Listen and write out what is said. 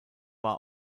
war